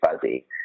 fuzzy